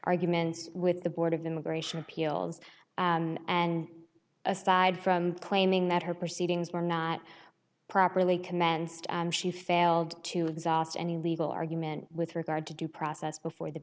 arguments with the board of immigration appeals and aside from claiming that her proceedings were not properly commenced she failed to exhaust any legal argument with regard to due process before the